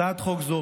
הצעת חוק זו,